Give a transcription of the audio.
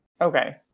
Okay